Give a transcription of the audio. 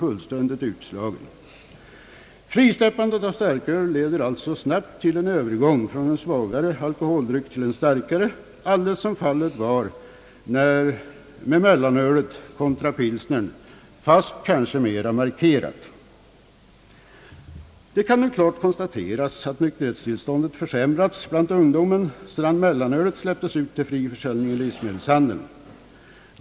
Frisläppandet av starköl leder alltså snabbt till en övergång från en svagare alkoholdryck till en starka re, alldeles som fallet var med mellanölet kontra pilsnern, fast kanske mera markerat. Det kan nu klart konstateras att nykterhetstillståndet försämrats bland ungdomen sedan mellanölet släpptes ut till fri försäljning i livsmedelshandeln.